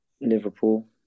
Liverpool